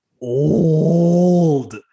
old